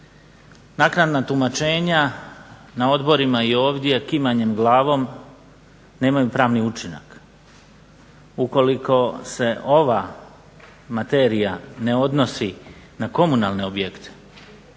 Naknadna tumačenja na odborima i ovdje kimanjem glavom nemaju pravni učinak. Ukoliko se ova materija ne odnosi na komunalne objekte,